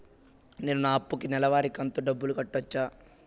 నేను నా అప్పుకి నెలవారి కంతు డబ్బులు కట్టొచ్చా?